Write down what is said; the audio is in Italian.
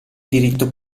diritto